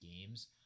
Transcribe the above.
games